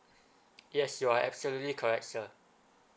yes you are absolutely correct sir